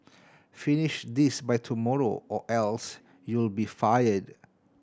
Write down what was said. finish this by tomorrow or else you'll be fired